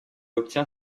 obtient